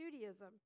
Judaism